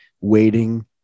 waiting